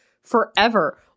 forever